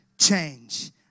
change